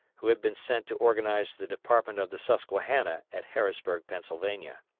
who had been sent to organize the department of the susquehanna at harrisburg, pennsylvania.